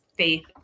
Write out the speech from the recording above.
faith